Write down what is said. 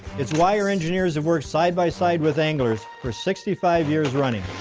it's why our engineers have worked side by side with anglers for sixty five years running.